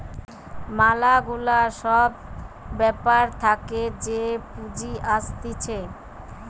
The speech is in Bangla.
ম্যালা গুলা সব ব্যাপার থাকে যে পুঁজি আসতিছে